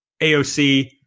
AOC